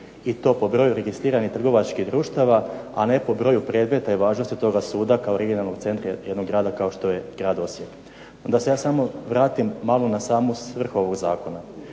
i to po broju registriranih trgovačkih društava, a ne po broju predmeta i važnosti toga suda kao regionalnog centra jednog grada kao što je grad Osijek. Onda se ja samo vratim malo na samu svrhu ovog zakona.